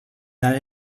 that